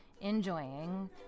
enjoying